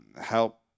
help